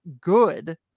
good